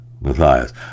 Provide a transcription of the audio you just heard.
Matthias